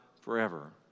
forever